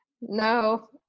no